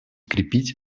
крепить